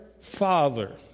Father